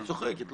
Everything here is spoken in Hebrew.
אני צוחק אתכם.